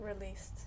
released